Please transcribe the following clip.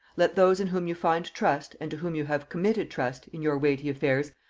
let those in whom you find trust, and to whom you have committed trust, in your weighty affairs,